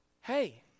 Hey